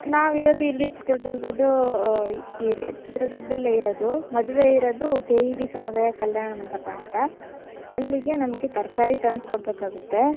ನಾವಿರೋದು ಇಲ್ಲಿ ಚಿತ್ರದುರ್ಗದ ಚಿತ್ರದುರ್ಗದಲ್ಲೇ ಇರೋದು ಮದುವೆ ಇರೋದು ಕೆ ಇ ಬಿ ಸಮುದಾಯ ಕಲ್ಯಾಣ ಮಂಟಪ ಅಂತ ಅಲ್ಲಿಗೆ ನಮಗೆ ತರಕಾರಿ ತಂದು ಕೊಡಬೇಕಾಗುತ್ತೆ